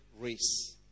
race